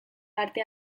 parte